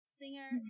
singer